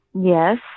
Yes